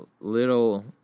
little